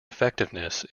effectiveness